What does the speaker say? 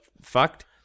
fucked